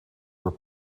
were